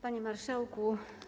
Panie Marszałku!